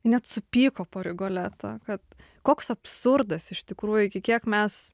net supyko po rigoleto kad koks absurdas iš tikrųjų iki kiek mes